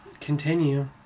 continue